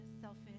selfish